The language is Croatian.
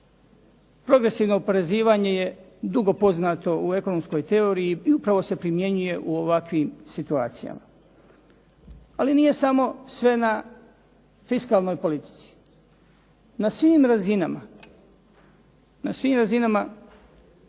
Progresivno oporezivanje je dugo poznato u ekonomskoj teoriji i upravo se primjenjuje u ovakvim situacijama. Ali nije samo sve na fiskalnoj politici. Na svim razinama u Republici